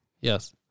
Yes